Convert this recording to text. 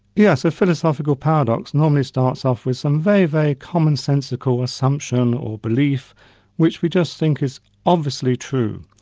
yes, a philosophical paradox normally starts off with some very, very commonsensical assumption or belief which we just think is obviously true.